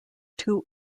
two